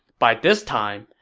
by this time,